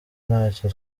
ntacyo